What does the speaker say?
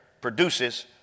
produces